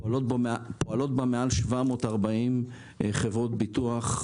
פועלות מעל 740 חברות ביטוח,